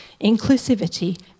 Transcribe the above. inclusivity